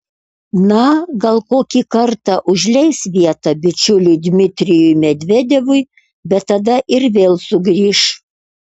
na gal kokį kartą užleis vietą bičiuliui dmitrijui medvedevui bet tada ir vėl sugrįš